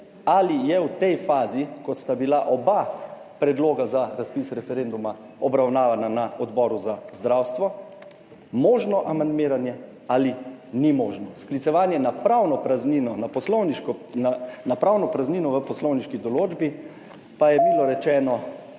ali je v tej fazi kot sta bila oba predloga za razpis referenduma obravnavana na Odboru za zdravstvo možno amandmiranje ali ni možno. Sklicevanje na pravno praznino, na poslovniško, na pravno